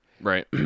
Right